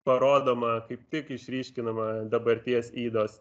parodoma kaip tik išryškinama dabarties ydos